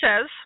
says